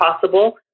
possible